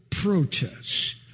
protests